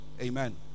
Amen